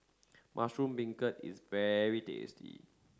Mushroom Beancurd is very tasty